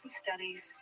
studies